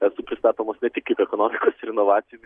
esu pristatomas ne tik kaip ekonomikos ir inovacijų